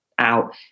out